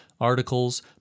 articles